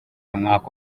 umwaku